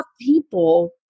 people